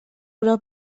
però